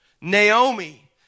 Naomi